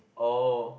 oh